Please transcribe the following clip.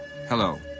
Hello